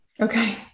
Okay